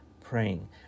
praying